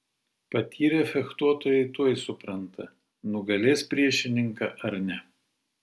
patyrę fechtuotojai tuoj supranta nugalės priešininką ar ne